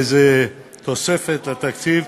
זו תוספת לתקציב,